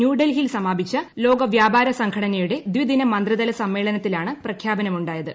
ന്യൂഡൽഹിയിൽ സമാപിച്ച ലോകവ്യാപാര സംഘടനയുടെ ദ്ദിദിന മന്ത്രിതല സമ്മേളനത്തി ലാണ് പ്രഖ്യാപനമുണ്ടായത്